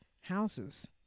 houses